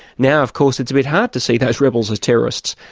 now, of course, it's a bit hard to see those rebels as terrorists,